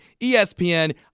ESPN